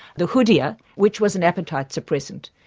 the hoodia, which was an appetite suppressant.